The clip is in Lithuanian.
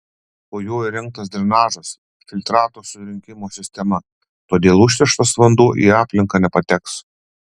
po juo įrengtas drenažas filtrato surinkimo sistema todėl užterštas vanduo į aplinką nepateks